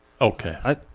Okay